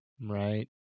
Right